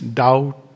doubt